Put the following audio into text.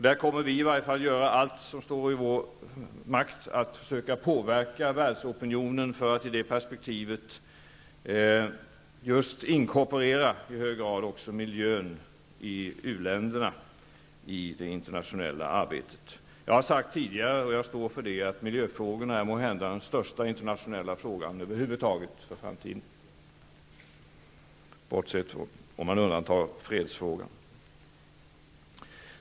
Vi kommer i varje fall att göra allt som står i vår makt för att försöka påverka världsopinionen att i det perspektivet i det internationella arbetet också i hög grad inkorporera miljön i utvecklingsländerna. Jag har sagt tidigare -- och jag står för det -- att miljöfrågan måhända är den största internationella frågan över huvud taget för framtiden, om man undantar fredsfrågan.